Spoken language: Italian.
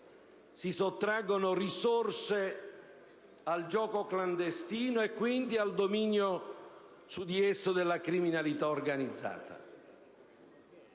si sottraggano risorse al gioco clandestino e quindi al dominio su di esso della criminalità organizzata;